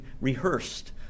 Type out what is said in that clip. rehearsed